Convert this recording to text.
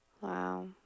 Wow